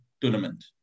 tournament